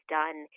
done